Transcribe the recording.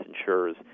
insurers